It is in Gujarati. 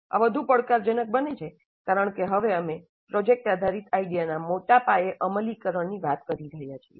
આ વધુ પડકારજનક બને છે કારણ કે હવે અમે પ્રોજેક્ટ આધારિત આઇડિયાના મોટા પાયે અમલીકરણની વાત કરી રહ્યા છીએ